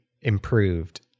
improved